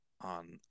on